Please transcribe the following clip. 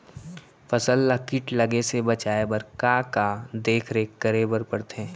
फसल ला किट लगे से बचाए बर, का का देखरेख करे बर परथे?